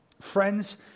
Friends